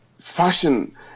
fashion